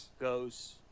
goes